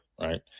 right